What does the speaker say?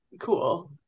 cool